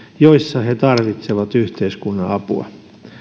joissa he tarvitsevat yhteiskunnan apua